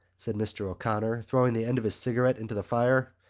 said mr. o'connor, throwing the end of his cigarette into the fire,